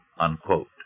unquote